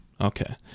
Okay